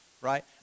right